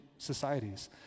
societies